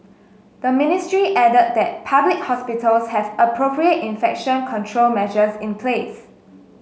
the ministry added that public hospitals have appropriate infection control measures in place